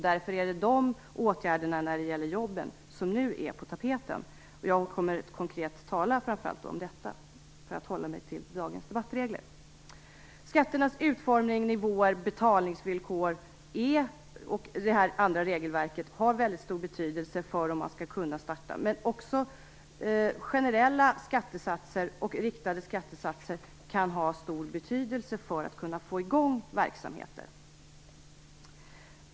Därför är det åtgärderna när det gäller jobben som nu är på tapeten. För att hålla mig till dagens debattregler kommer jag framför allt att tala om detta. Skatternas utformning, nivåer, betalningsvillkor och det andra regelverket har stor betydelse för om man skall kunna starta. Men också generella skattesatser och riktade skattesatser kan ha stor betydelse för att få igång verksamheter.